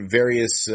various